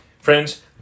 Friends